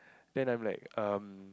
then I'm like um